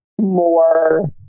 more